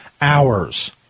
hours